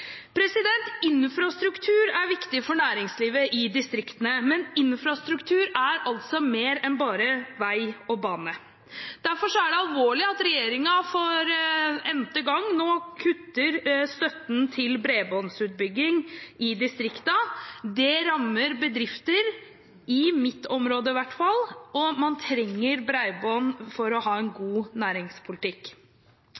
Infrastruktur er viktig for næringslivet i distriktene, men infrastruktur er mer enn bare vei og bane. Derfor er det alvorlig at regjeringen for n’te gang nå kutter støtten til bredbåndsutbygging i distriktene. Det rammer bedrifter i mitt område i hvert fall, og man trenger bredbånd for å ha en god næringspolitikk.